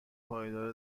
پایدار